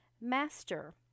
Master